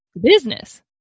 business